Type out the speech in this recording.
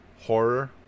horror